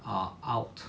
are out